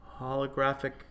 holographic